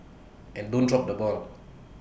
and don't drop the ball